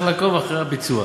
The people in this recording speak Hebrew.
רק צריך לעקוב אחרי הביצוע.